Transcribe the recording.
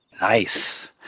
Nice